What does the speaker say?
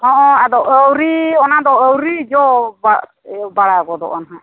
ᱦᱮᱸ ᱟᱫᱚ ᱟᱹᱣᱨᱤ ᱚᱱᱟᱫᱚ ᱟᱹᱣᱨᱤ ᱡᱚ ᱵᱟᱦᱟ ᱵᱟᱦᱟ ᱜᱚᱫᱚᱜᱼᱟ ᱦᱟᱸᱜ